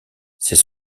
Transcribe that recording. c’est